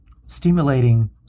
stimulating